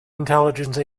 intelligence